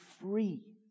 free